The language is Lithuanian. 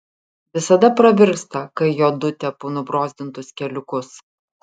visada pravirksta kai jodu tepu nubrozdintus keliukus